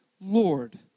Lord